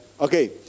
okay